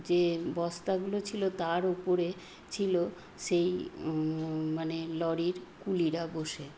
যে বস্তাগুলো ছিল তার ওপরে ছিল সেই মানে লরির কুলিরা বসে